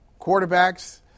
quarterbacks